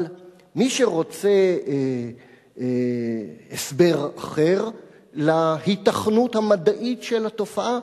אבל מי שרוצה הסבר אחר להיתכנות המדעית של התופעה,